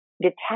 detach